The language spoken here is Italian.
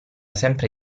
sempre